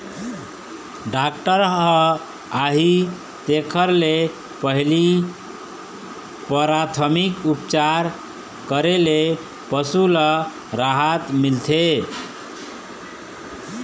doctor ह आही तेखर ले पहिली पराथमिक उपचार करे ले पशु ल राहत मिलथे